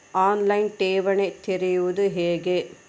On line ಠೇವಣಿ ತೆರೆಯುವುದು ಹೇಗೆ?